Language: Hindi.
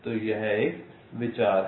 तो यह विचार है